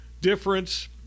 difference